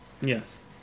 yes